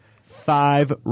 Five